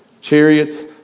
Chariots